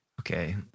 Okay